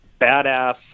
badass